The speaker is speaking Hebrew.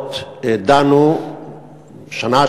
והוועדות דנו שנה,